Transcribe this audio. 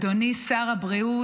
אדוני שר הבריאות,